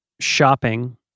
shopping